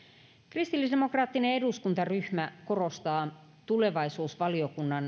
kristillisdemokraattinen eduskuntaryhmä korostaa tulevaisuusvaliokunnan